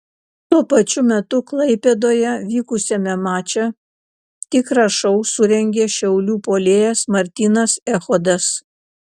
tuo pačiu metu klaipėdoje vykusiame mače tikrą šou surengė šiaulių puolėjas martynas echodas